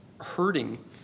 hurting